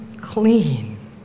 clean